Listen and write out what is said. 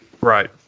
Right